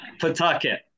Pawtucket